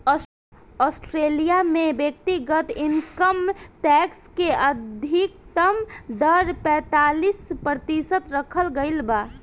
Australia में व्यक्तिगत income tax के अधिकतम दर पैतालीस प्रतिशत रखल गईल बा